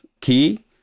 key